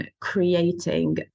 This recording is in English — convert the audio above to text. creating